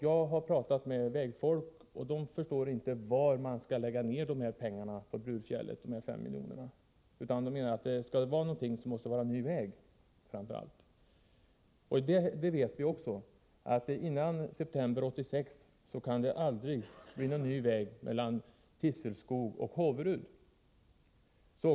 Jag har talat med vägfolk, och de förstår inte var på sträckan över Brurefjället dessa 5 milj.kr. skulle satsas. De menar att vad som behövs är en ny väg. Vi vet också att det inte kan bli någon ny väg mellan Tisselskog och Håverud före september 1986.